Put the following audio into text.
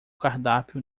cardápio